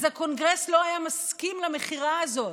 אז הקונגרס לא מסכים למכירה הזאת.